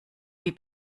wie